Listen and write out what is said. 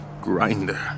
grinder